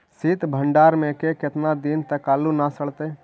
सित भंडार में के केतना दिन तक आलू न सड़तै?